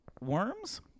worms